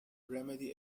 remedy